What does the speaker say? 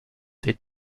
they